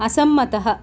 असम्मतः